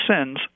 sins